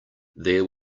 there